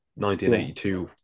1982